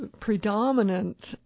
predominant